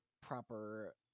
proper